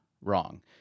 Wrong